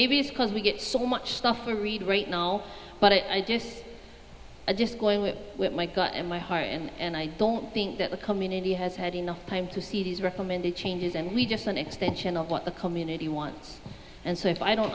maybe it's because we get so much stuff we read right now but i just i just going with my gut and my heart and i don't think that the community has had enough time to see these recommended changes and we just an extension of what the community wants and so if i don't